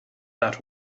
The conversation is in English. that